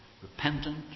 repentant